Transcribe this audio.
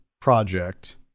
project